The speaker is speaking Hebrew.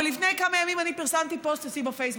אבל לפני כמה ימים אני פרסמתי פוסט אצלי בפייסבוק